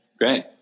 great